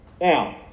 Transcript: now